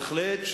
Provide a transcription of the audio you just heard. בהחלט,